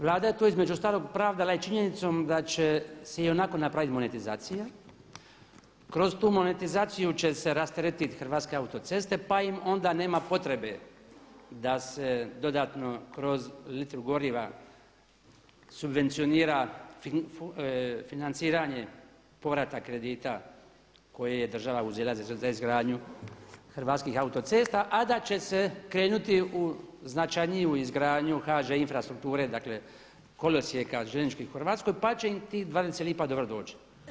Vlada je to između ostalog pravdala i činjenicom da će se ionako napravit monetizacija, kroz tu monetizaciju će se rasteretit hrvatske autoceste pa im onda nema potrebe da se dodatno kroz litru goriva subvencionira financiranje povrata kredita koje je država uzela za izgradnju HAC-a, a da će se krenuti u značajniju izgradnju HŽ Infrastrukture dakle kolosijeka željezničkih u Hrvatskoj pa će im tih 20 lipa dobro doći.